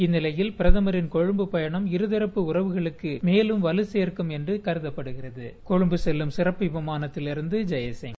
இந்திலையில் பிரதமரின் கொழும்பு பயணம் இரதாப்பு உறவுகளுக்குமேலம் வலுசேர்க்கும் என்றுகருதப்படுகிறது கொழும்பு செல்லும் சிறப்பு விமானத்திலிருந்துளம் றைசிங்